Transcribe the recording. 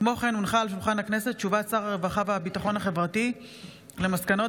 כמו כן הונחה על שולחן הכנסת הודעת שר הרווחה והביטחון החברתי על מסקנות